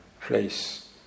place